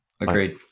agreed